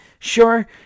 Sure